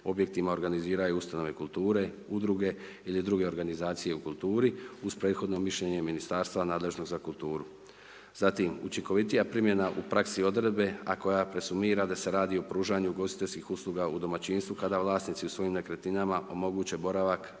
objektima organiziraju ustanove kulture, udruge ili druge organizacije u kulturi, uz prethodno mišljenje Ministarstva nadležnog za kulturu. Zatim, učinkovitija primjena u praksi odredbe a koja presumira da se radi o pružanju ugostiteljskih usluga u domaćinstvu kada vlasnici u svojim nekretninama omoguće boravak